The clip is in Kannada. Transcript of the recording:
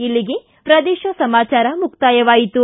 ಇಲ್ಲಿಗೆ ಪ್ರದೇಶ ಸಮಾಚಾರ ಮುಕ್ತಾಯವಾಯಿತು